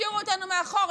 השאירו אותנו מאחור.